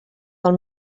del